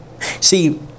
see